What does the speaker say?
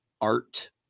art